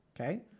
Okay